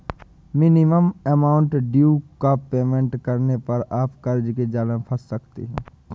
minimum amount due का payment करने पर आप कर्ज के जाल में फंस सकते हैं